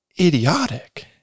idiotic